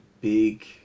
big